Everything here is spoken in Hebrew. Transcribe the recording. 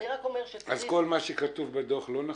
אז כל מה שכתוב בדוח לא נכון?